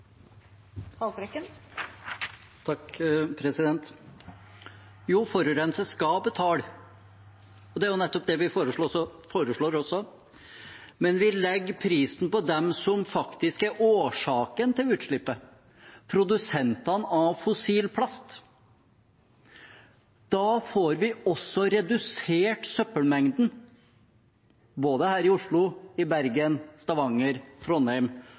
Jo, forurenser skal betale, og det er nettopp det vi foreslår, men vi legger prisen på dem som faktisk er årsaken til utslippet, produsentene av fossil plast. Da får vi også redusert søppelmengden, både her i Oslo, i Bergen, i Stavanger, i Trondheim